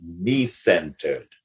me-centered